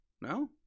No